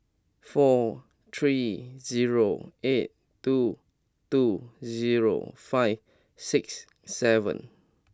four three zero eight two two zero five six seven